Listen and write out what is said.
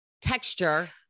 texture